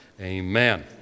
Amen